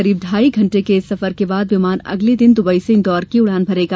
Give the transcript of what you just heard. करीब ढाई घंटे के इस सफर के बाद विमान अगले दिन दबई से इंदौर की उड़ान भरेगा